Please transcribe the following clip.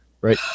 right